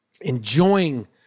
Enjoying